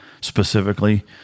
Specifically